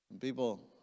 people